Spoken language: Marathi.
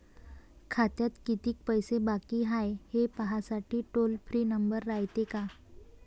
खात्यात कितीक पैसे बाकी हाय, हे पाहासाठी टोल फ्री नंबर रायते का?